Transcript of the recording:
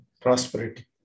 prosperity